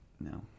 No